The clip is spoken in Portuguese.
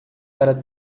para